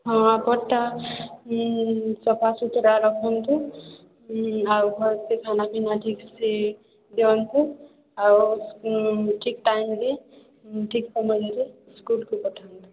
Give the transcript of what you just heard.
ହଁ ପଠାଅ ସଫାସୁତରା ରଖନ୍ତୁ ଉଁ ଆଉ ଭଲ୍ସେ ଖାନା ପିନା ଠିକ୍ସେ ଦିଅନ୍ତୁ ଆଉ ଠିକ୍ ଟାଇମ୍ରେ ଠିକ୍ ସମୟରେ ସ୍କୁଲ୍କୁ ପଠାନ୍ତୁ